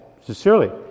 Sincerely